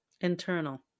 internal